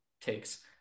takes